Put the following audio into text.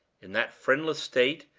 in that friendless state,